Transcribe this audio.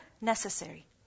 necessary